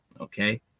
Okay